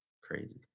Crazy